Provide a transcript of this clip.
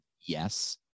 Yes